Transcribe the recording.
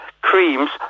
creams